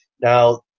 Now